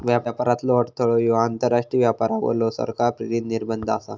व्यापारातलो अडथळो ह्यो आंतरराष्ट्रीय व्यापारावरलो सरकार प्रेरित निर्बंध आसा